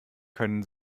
können